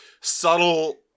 subtle